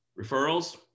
referrals